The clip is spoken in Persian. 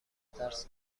ترس